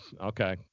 Okay